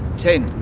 ten.